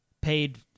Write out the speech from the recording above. paid